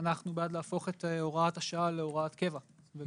אנחנו בעד להפוך את הוראת השעה להוראת קבע.